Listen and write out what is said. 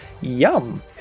Yum